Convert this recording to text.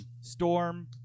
storm